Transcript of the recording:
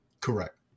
Correct